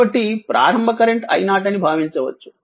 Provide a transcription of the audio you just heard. కాబట్టి ప్రారంభ current I0 అని భావించవచ్చు